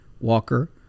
walker